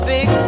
Big